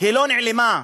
לא נעלמה,